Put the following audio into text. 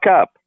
up